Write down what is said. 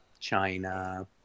china